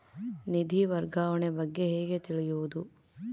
ನಿಧಿ ವರ್ಗಾವಣೆ ಬಗ್ಗೆ ಹೇಗೆ ತಿಳಿಯುವುದು?